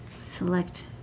Select